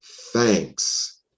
thanks